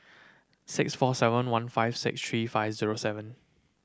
six four seven one five six three five zero seven